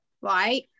right